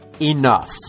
enough